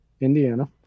Indiana